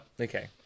okay